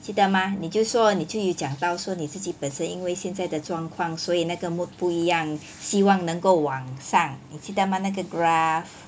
记得吗你就说你就有讲到说你自己本身因为现在的状况所以那个 mood 不一样希望能够完善你记得吗那个 graph